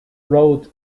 roads